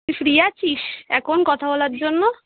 তুই ফ্রি আছিস এখন কথা বলার জন্য